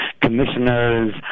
commissioners